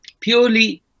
purely